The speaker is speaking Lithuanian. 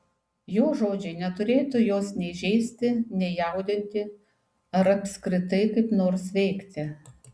jo žodžiai neturėtų jos nei žeisti nei jaudinti ar apskritai kaip nors veikti